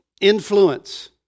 influence